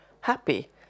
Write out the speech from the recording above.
happy